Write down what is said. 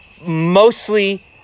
mostly